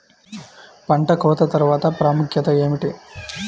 పంట కోత తర్వాత ప్రాముఖ్యత ఏమిటీ?